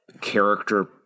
character